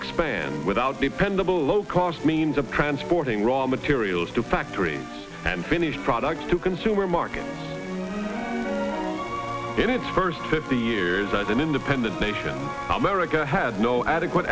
expand without dependable low cost means of transporting raw materials to factories and finished products to consumer market in its first fifty years as an independent nation america had no adequate